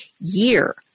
year